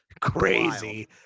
Crazy